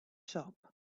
shop